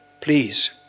please